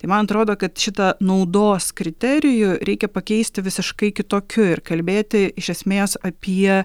tai man atrodo kad šita naudos kriterijų reikia pakeisti visiškai kitokiu ir kalbėti iš esmės apie